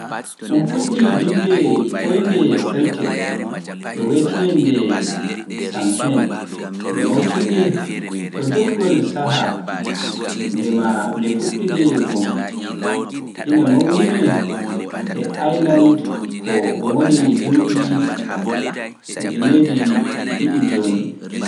un fuɗɗi Juulde ɓooynde Seltik en wiyeteende Samhain, nde mawnintee ko joofgol sahaa ndema e fuɗɗoode ndunngu, ina mawninee to Irlannda ko ina wona duuɓi ujineje didi jooni.